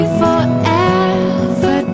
forever